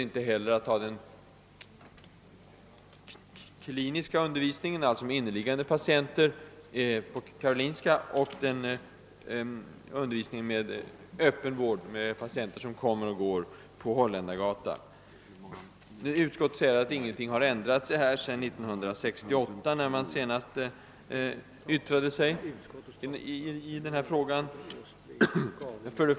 Inte heller att ha den kliniska undervisningen, alltså med inneliggande patienter, på Karolinska sjukhuset, och den polikliniska d.v.s. med patienter som kommer och går, vid Holländargatan. Utskottet framhåller att ingenting har ändrats sedan 1968 då man senast yttrade sig i frågan.